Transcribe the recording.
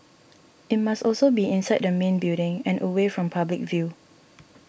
it must also be inside the main building and away from public view